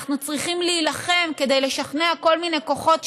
אנחנו צריכים להילחם כדי לשכנע כל מיני כוחות,